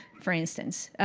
for instance.